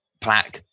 plaque